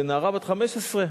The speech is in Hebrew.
נערה בת 15,